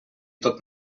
tot